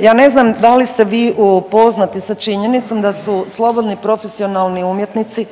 ja ne znam da li ste vi upoznati sa činjenicom da su slobodni profesionalni umjetnici